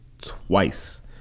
Twice